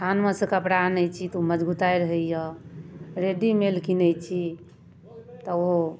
थानमेसँ कपड़ा आनै छी तऽ मजगुताइ रहैए रेडिमेड किनै छी तऽ ओ